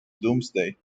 doomsday